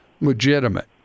legitimate